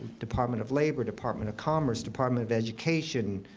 department of labor, department of commerce, department of education,